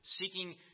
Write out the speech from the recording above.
seeking